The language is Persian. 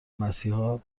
مسیحا